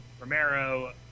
Romero